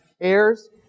Heirs